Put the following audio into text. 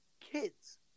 kids